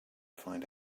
find